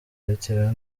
bitewe